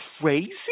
crazy